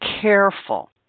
careful